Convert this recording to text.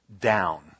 down